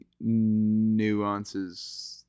nuances